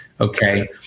Okay